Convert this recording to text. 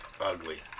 ugly